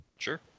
Sure